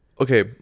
Okay